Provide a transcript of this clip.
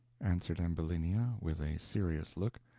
answered ambulinia, with a serious look,